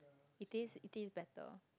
it taste it taste better